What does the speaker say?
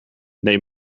they